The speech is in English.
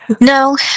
No